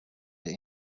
into